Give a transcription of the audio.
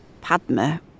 Padma